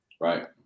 right